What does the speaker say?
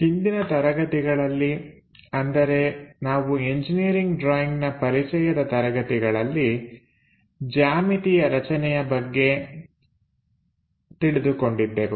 ಹಿಂದಿನ ತರಗತಿಗಳಲ್ಲಿ ನಾವು ಎಂಜಿನಿಯರಿಂಗ್ ಡ್ರಾಯಿಂಗ್ನ ಪರಿಚಯದ ತರಗತಿಗಳಲ್ಲಿ ಜ್ಯಮಿತಿಗಳ ರಚನೆಯ ಬಗ್ಗೆ ರಚನೆ ತಿಳಿದುಕೊಂಡಿದ್ದೆವು